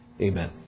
Amen